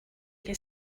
you